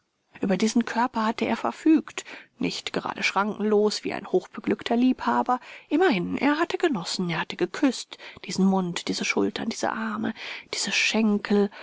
über diesen körper hatte er verfügt nicht gerade schrankenlos wie ein hochbeglückter liebhaber immerhin er hatte genossen er hatte geküßt diesen mund diese schultern diese arme diese schenkel